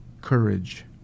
courage